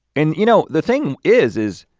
and you know the thing is, is,